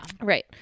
right